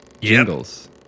Jingles